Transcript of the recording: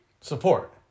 Support